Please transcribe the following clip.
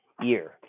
year